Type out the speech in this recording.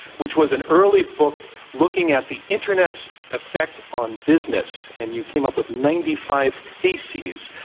which was an early book looking at the internet's effect on business. and you came up with ninety five theses.